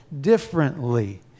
differently